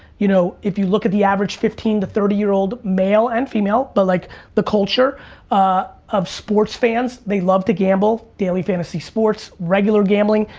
you know if you look at the average fifteen to thirty year old male and female but like the culture of sports fans, they love to gamble, daily fantasy sports, regular gambling,